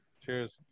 Cheers